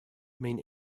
mean